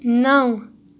نَو